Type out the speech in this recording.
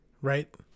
right